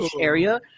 area